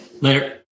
Later